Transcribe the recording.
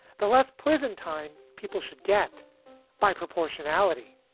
the less prison time people should get by proportionality.